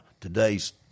today's